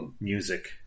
music